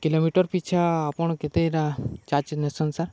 kilometre ପିଛା ଆପଣ କେତେଟା ଚାର୍ଜ ନେସନ୍ ସାର୍